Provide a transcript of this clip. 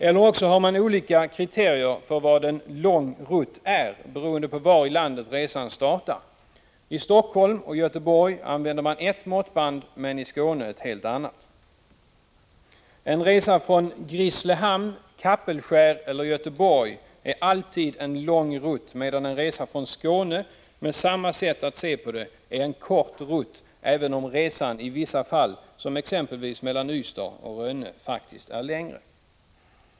Eller också är orsaken att man har olika kriterier för vad en lång rutt är beroende på var i landet resan startar. I Helsingfors och Göteborg används eft måttband, men i Skåne ett helt annat. En resa från Grisslehamn, Kapellskär eller Göteborg är alltid en lång rutt, medan en resa från Skåne, med samma sätt att se på saken, är en kort rutt — även om resan i vissa fall, som exempelvis mellan Ystad och Rönne, faktiskt är längre.